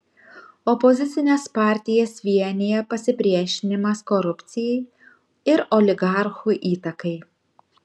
opozicines partijas vienija pasipriešinimas korupcijai ir oligarchų įtakai